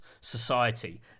society